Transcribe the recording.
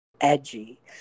Edgy